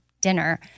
dinner